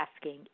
asking